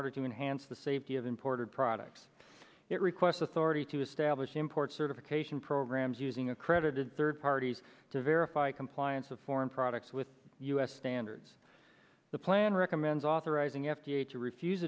order to enhance the safety of imported products it requests authority to establish import certification programs using accredited third parties to compliance of foreign products with u s standards the plan recommends authorizing f d a to refuse